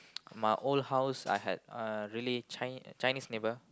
my old house I had uh really chi~ Chinese neighbor